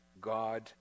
God